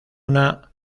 una